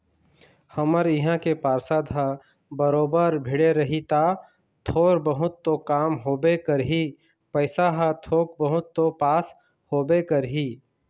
हमर इहाँ के पार्षद ह बरोबर भीड़े रही ता थोर बहुत तो काम होबे करही पइसा ह थोक बहुत तो पास होबे करही